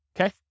okay